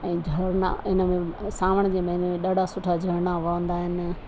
ऐं झरना इन में सावण जे महीने में ॾाढा सुठा झरना वहंदा आहिनि